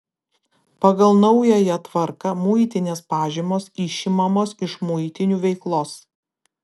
pagal naująją tvarką muitinės pažymos išimamos iš muitinių veiklos